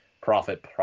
profit